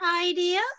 idea